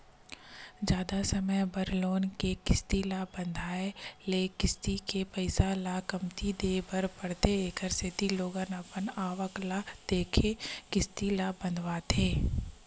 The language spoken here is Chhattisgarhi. जादा समे बर लोन के किस्ती ल बंधाए ले किस्ती के पइसा ल कमती देय बर परथे एखरे सेती लोगन अपन आवक ल देखके किस्ती ल बंधवाथे